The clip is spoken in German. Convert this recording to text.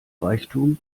reichtum